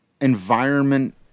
environment